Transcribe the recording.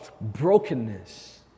brokenness